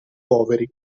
poveri